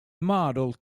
model